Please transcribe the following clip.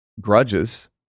grudges